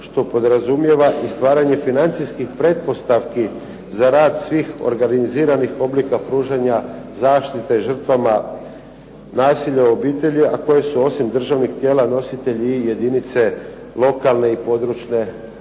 što podrazumijeva i stvaranje financijskih pretpostavki za rad svih organiziranih oblika pružanja zaštite žrtvama nasilja u obitelji a koje su osim državnih tijela nositelji i jedinice lokalne i područne odnosno